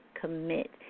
commit